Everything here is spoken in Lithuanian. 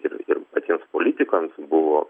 ir patiems politikams buvo